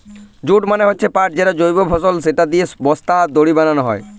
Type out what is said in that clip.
jute মানে হচ্ছে পাট যেটা জৈব ফসল, সেটা দিয়ে বস্তা, দড়ি বানানো হয়